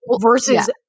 versus